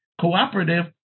cooperative